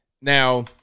Now